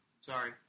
Sorry